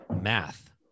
math